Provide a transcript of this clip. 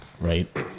right